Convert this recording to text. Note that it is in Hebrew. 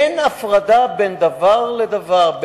אין הפרדה בין דבר לדבר,